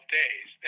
days